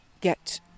get